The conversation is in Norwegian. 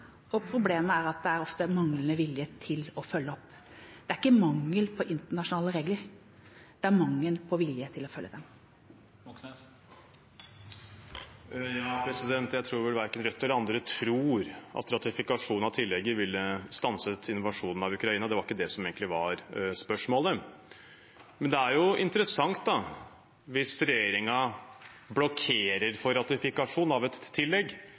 og problemet er at det ofte er manglende vilje til å følge opp. Det er ikke mangel på internasjonale regler. Det er mangel på vilje til å følge dem. Bjørnar Moxnes – til oppfølgingsspørsmål. Jeg tror vel verken Rødt eller andre tror at ratifikasjon av tillegget ville ha stanset invasjonen av Ukraina – det var ikke det som egentlig var spørsmålet. Men det er jo interessant hvis regjeringen blokkerer for ratifikasjon av et tillegg